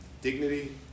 dignity